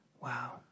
Wow